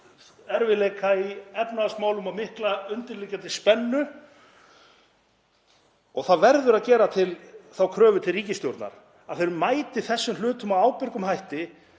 erfiðleika í efnahagsmálum og mikla undirliggjandi spennu og það verður að gera þá kröfu til ríkisstjórnar að hún mæti þessum hlutum með ábyrgum hætti